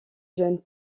jeunes